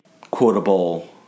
quotable